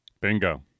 Bingo